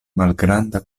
malgranda